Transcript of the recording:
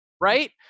right